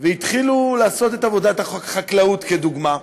והתחילו לעשות את עבודת החקלאות, לדוגמה,